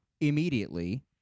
immediately